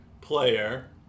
player